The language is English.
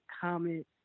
comment